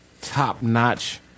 top-notch